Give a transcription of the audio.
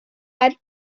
beim